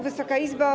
Wysoka Izbo!